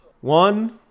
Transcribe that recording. One